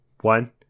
One